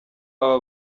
aba